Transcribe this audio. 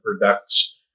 products